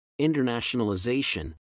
internationalization